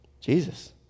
Jesus